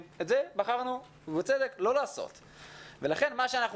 זה לא שאנחנו